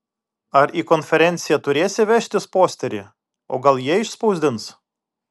ar į konferenciją turėsi vežtis posterį o gal jie išspausdins